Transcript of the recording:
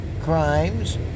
crimes